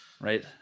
right